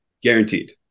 Guaranteed